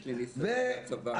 יש לי ניסיון מהצבא.